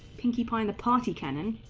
can keep either party can and,